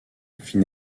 fit